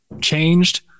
changed